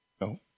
No